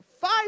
Five